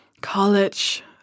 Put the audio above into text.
college